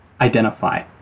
identify